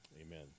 Amen